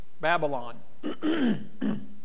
Babylon